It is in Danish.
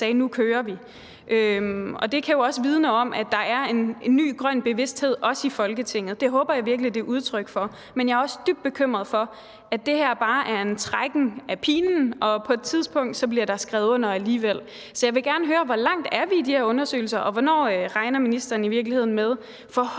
Nu kører vi. Og det kan jo også vidne om, at der er en ny grøn bevidsthed, også i Folketinget; det håber jeg virkelig at det er udtryk for. Men jeg er også dybt bekymret for, at det her bare er at trække pinen ud, og på et tidspunkt bliver der skrevet under alligevel. Så jeg vil gerne høre: Hvor langt er vi i de her undersøgelser? Og hvornår regner ministeren i virkeligheden med forhåbentlig